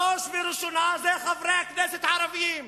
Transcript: בראש ובראשונה זה חברי הכנסת הערבים.